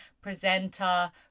presenter